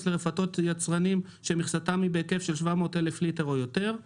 לרפתות של יצרנים שמכסתם היא בהיקף של 700 אלף ליטר או יותר";